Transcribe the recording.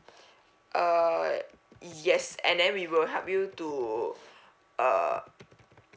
uh yes and then we will help you to err